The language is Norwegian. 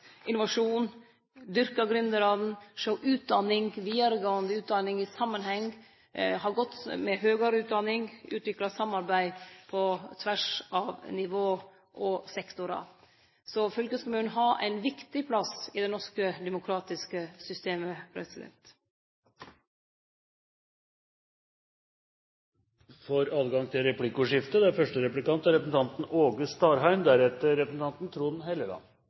innovasjon, dyrke gründarane, sjå vidaregåande utdanning i samanheng, ha godt med høgare utdanning, utvikle samarbeid på tvers av nivå og sektorar. Så fylkeskommunen har ein viktig plass i det norske demokratiske systemet. Det blir åpnet for replikkordskifte. I brevet frå statsråden står det m.a.: «Eit levande og desentraliserte demokrati med brei deltaking er